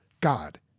God